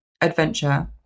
adventure